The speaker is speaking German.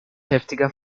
heftiger